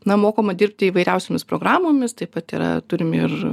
na mokoma dirbti įvairiausiomis programomis taip pat yra turim ir